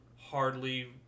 hardly